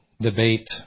debate